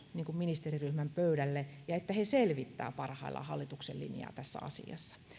ministeriryhmän pöydälle ja että he selvittävät parhaillaan hallituksen linjaa tässä asiassa